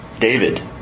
David